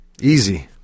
Easy